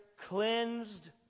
cleansed